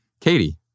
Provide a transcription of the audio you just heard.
Katie